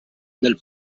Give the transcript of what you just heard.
del